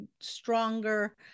stronger